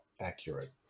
accurate